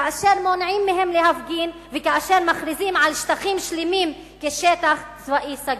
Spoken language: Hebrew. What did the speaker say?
כאשר מונעים מהם להפגין וכאשר מכריזים על שטחים שלמים כשטח צבאי סגור.